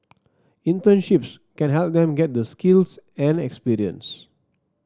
internships can help them get the skills and experience